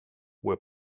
were